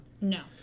No